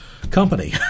Company